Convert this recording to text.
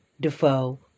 Defoe